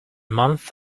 month